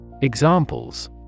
Examples